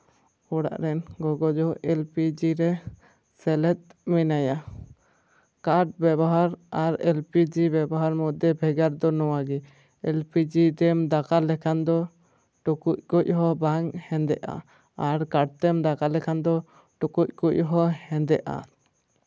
ᱚᱲᱟᱜ ᱨᱮᱱ ᱜᱚᱜᱚ ᱫᱚ ᱮᱞ ᱯᱤ ᱡᱤ ᱨᱮ ᱥᱮᱞᱮᱫ ᱢᱮᱱᱟᱭᱟ ᱠᱟᱴᱷ ᱵᱮᱵᱚᱦᱟᱨ ᱟᱨ ᱮᱞ ᱯᱤ ᱡᱤ ᱵᱮᱵᱚᱦᱟᱨ ᱢᱚᱫᱽᱫᱷᱮ ᱵᱷᱮᱜᱟᱨ ᱫᱚ ᱱᱚᱣᱟᱜᱮ ᱮᱞ ᱯᱤ ᱡᱤ ᱛᱮᱢ ᱫᱟᱠᱟ ᱞᱮᱠᱷᱟᱱ ᱫᱚ ᱴᱩᱠᱩᱡ ᱠᱚᱡ ᱦᱚᱸ ᱵᱟᱝ ᱦᱚᱸ ᱦᱮᱸᱫᱮᱜᱼᱟ ᱟᱨ ᱠᱟᱴᱷ ᱛᱮᱢ ᱫᱟᱠᱟ ᱞᱮᱠᱷᱟᱱ ᱫᱚ ᱴᱩᱠᱩᱡ ᱠᱚᱡ ᱦᱚᱸ ᱦᱮᱸᱫᱮᱜᱼᱟ